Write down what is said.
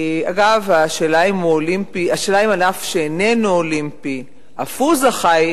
אגב, השאלה היא אם ענף שאיננו אולימפי אף הוא זכאי